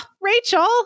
Rachel